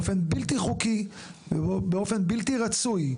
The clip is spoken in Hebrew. באופן בלתי חוקי ובאופן בלתי רצוי,